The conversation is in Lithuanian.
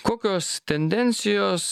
kokios tendencijos